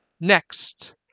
Next